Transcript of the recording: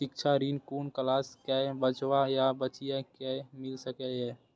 शिक्षा ऋण कुन क्लास कै बचवा या बचिया कै मिल सके यै?